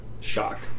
shock